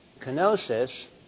kenosis